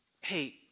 hey